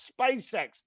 SpaceX